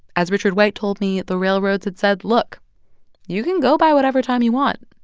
as richard white told me, the railroads had said, look you can go by whatever time you want,